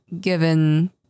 given